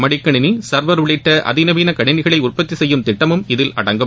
மடிக்கணினி சர்வர உள்ளிட்ட அதிநவீன கணினிகளை உற்பத்தி செய்யும் திட்டமும் இதில் அடங்கும்